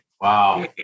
Wow